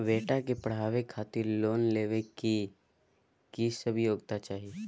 बेटा के पढाबै खातिर लोन लेबै के की सब योग्यता चाही?